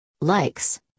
Likes